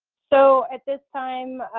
so at this time,